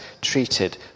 treated